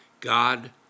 God